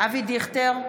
אבי דיכטר,